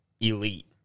elite